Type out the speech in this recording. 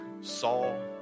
Saul